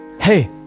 Hey